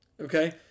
Okay